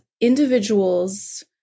individuals